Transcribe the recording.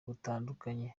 butandukanye